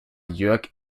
jörg